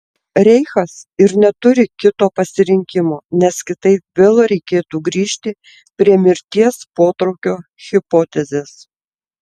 reichas ir neturi kito pasirinkimo nes kitaip vėl reikėtų grįžti prie mirties potraukio hipotezės